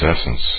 essence